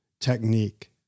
technique